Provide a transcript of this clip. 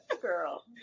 girl